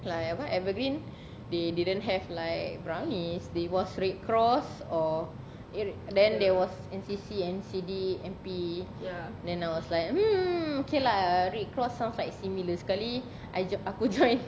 like apa evergreen they didn't have like brownies it was red cross or then there was N_C_C N_C_D M_P then I was like mm okay lah red cross sounds like similar sekali I join aku join